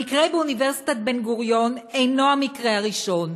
המקרה באוניברסיטת בן-גוריון אינו המקרה הראשון,